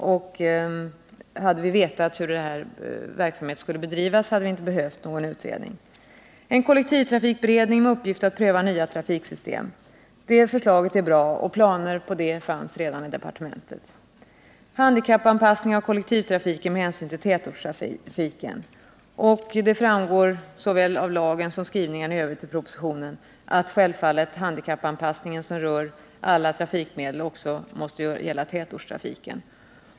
Hade vi vetat hur denna verksamhet skulle bedrivas, hade vi inte behövt någon utredning. En kollektivtrafikberedning med uppgift att pröva nya trafiksystem. — Det är ett bra förslag. Planer på en sådan beredning fanns redan i departementet. Handikappanpassning av kollektivtrafiken med hänsyn till tätortstrafiken. — Det framgår av såväl lagen som skrivningarna i övrigt i propositionen att handikappanpassningen som rör alla trafik medel självfallet också måste gälla tätortstrafiken.